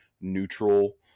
neutral